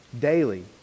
Daily